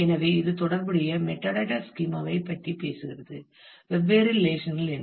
எனவே இது தொடர்புடைய மெட்டாடேட்டா ஸ்கீமா ஐ பற்றி பேசுகிறது வெவ்வேறு ரிலேஷன் கள் என்ன